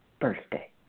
birthday